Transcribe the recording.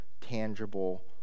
tangible